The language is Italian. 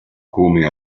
come